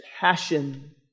passion